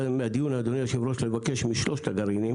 מהדיון, אדוני יושב הראש, לבקש משלושת הגרעינים